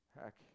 Heck